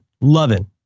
Loving